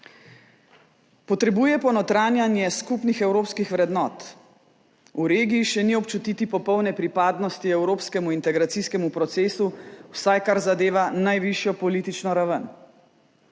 Potrebuje ponotranjenje skupnih evropskih vrednot. V regiji še ni občutiti popolne pripadnosti evropskemu integracijskemu procesu, vsaj kar zadeva najvišjo politično raven.